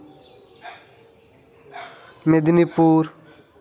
Medinipur